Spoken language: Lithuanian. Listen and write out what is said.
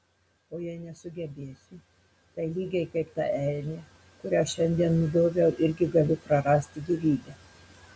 o jei nesugebėsiu tai lygiai kaip ta elnė kurią šiandien nudobiau irgi galiu prarasti gyvybę